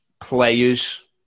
players